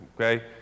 okay